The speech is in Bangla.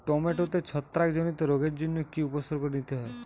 টমেটোতে ছত্রাক জনিত রোগের জন্য কি উপসর্গ নিতে হয়?